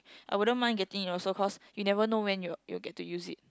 I wouldn't mind getting it also cause you never know when you'll you'll get to use it